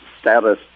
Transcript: status